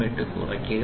008 കുറയ്ക്കുക